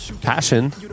Passion